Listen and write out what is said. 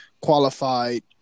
qualified